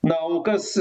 na o kas